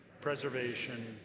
preservation